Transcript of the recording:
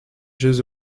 jeux